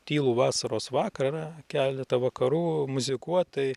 tylų vasaros vakarą keletą vakarų muzikuot tai